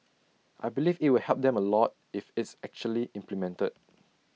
I believe IT will help them A lot if it's actually implemented